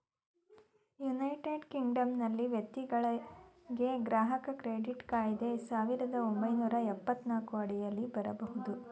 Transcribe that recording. United ಕಿಂಗ್ಡಮ್ನಲ್ಲಿ ವ್ಯಕ್ತಿಗಳ್ಗೆ ಗ್ರಾಹಕ ಕ್ರೆಡಿಟ್ ಕಾಯ್ದೆ ಸಾವಿರದ ಒಂಬೈನೂರ ಎಪ್ಪತ್ತನಾಲ್ಕು ಅಡಿಯಲ್ಲಿ ಬರಬಹುದು